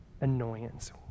annoyance